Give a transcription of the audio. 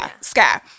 Sky